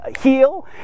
heal